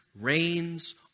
reigns